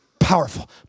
powerful